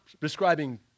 describing